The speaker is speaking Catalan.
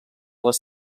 les